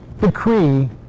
decree